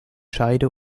scheide